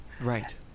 Right